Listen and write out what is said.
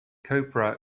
copra